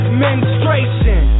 menstruation